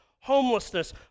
Homelessness